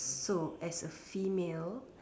so as a female